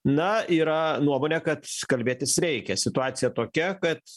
na yra nuomonė kad kalbėtis reikia situacija tokia kad